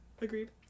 agreed